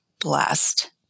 blessed